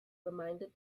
reminded